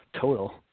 total